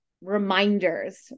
reminders